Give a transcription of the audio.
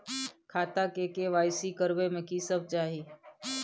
खाता के के.वाई.सी करबै में की सब चाही?